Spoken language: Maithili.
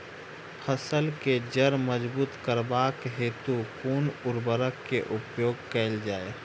फसल केँ जड़ मजबूत करबाक हेतु कुन उर्वरक केँ प्रयोग कैल जाय?